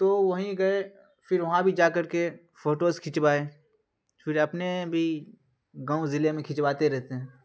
تو وہیں گئے پھر وہاں بھی جا کر کے فوٹوز کھینچوائے پھر اپنے بھی گاؤں ضلع میں کھینچواتے رہتے ہیں